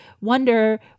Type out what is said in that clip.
wonder